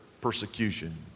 persecution